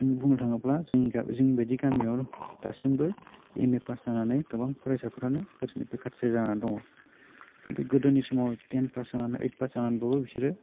जों बुंनो थाङोब्ला जों जोंनि बायदि गामियाव दासिमबो एमए फास जानानै गोबां फरायसाफ्रानो ओरैनो बेखारसो जानानै दङ खिन्थु गोदोनि समाव टेन फास जानानै ओइट फास जानानैबो बिसोरो